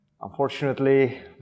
Unfortunately